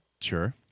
Sure